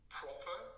proper